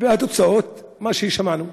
התוצאות, מה ששמענו.